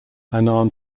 annan